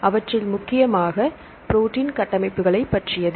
அவற்றில் முக்கியமாக ப்ரோடீன் கட்டமைப்புகளைப் பற்றியது